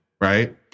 Right